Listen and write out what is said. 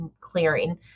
clearing